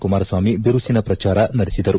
ಕುಮಾರಸ್ವಾಮಿ ಬಿರುಸಿನ ಪ್ರಚಾರ ನಡೆಸಿದರು